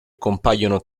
compaiono